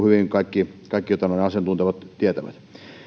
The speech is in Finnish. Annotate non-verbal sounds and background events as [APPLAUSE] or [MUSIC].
[UNINTELLIGIBLE] hyvin kaikki kaikki asian tuntevat tietävät